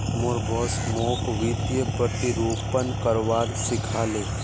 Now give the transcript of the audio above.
मोर बॉस मोक वित्तीय प्रतिरूपण करवा सिखा ले